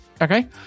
Okay